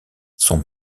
son